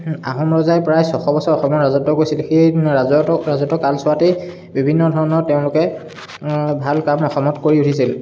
আহোম ৰজাই প্ৰায় ছয়শ বছৰ অসমত ৰাজত্ব কৰিছিল এই ৰাজত্ব ৰাজত্ব কালছোৱাতেই বিভিন্ন ধৰণৰ তেওঁলোকে ভাল কাম অসমত কৰি উঠিছিল